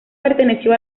perteneció